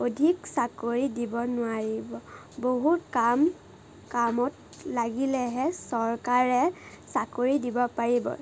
অধিক চাকৰি দিব নোৱাৰিব বহুত কাম কামত লাগিলেহে চৰকাৰে চাকৰি দিব পাৰিব